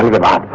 get up.